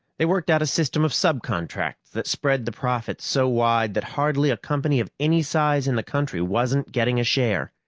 they worked out a system of subcontracts that spread the profits so wide that hardly a company of any size in the country wasn't getting a share.